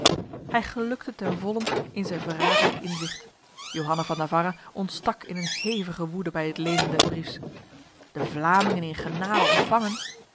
hij gelukte ten volle in zijn verraderlijk inzicht johanna van navarra ontstak in een hevige woede bij het lezen des briefs de vlamingen in genade ontvangen